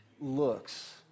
looks